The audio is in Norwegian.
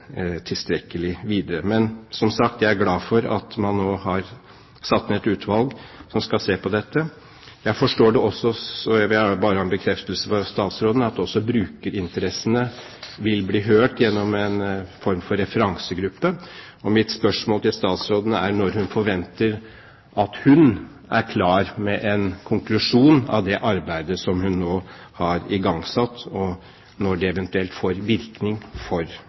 tilstrekkelig videre. Men som sagt er jeg glad for at man nå har satt ned et utvalg som skal se på dette. Jeg forstår det også slik, jeg vil bare ha en bekreftelse fra statsråden, at brukerinteressene vil bli hørt gjennom en form for referansegruppe. Mitt spørsmål til statsråden er når hun forventer at hun er klar med en konklusjon av det arbeidet som hun nå har igangsatt, og når det eventuelt får virkning for